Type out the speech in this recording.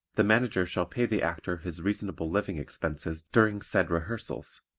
the manager shall pay the actor his reasonable living expenses during said rehearsals,